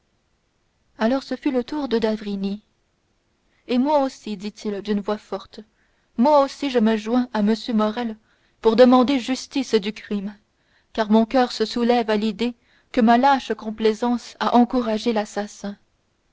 alors ce fut le tour de d'avrigny et moi aussi dit-il d'une voix forte moi aussi je me joins à m morrel pour demander justice du crime car mon coeur se soulève à l'idée que ma lâche complaisance a encouragé l'assassin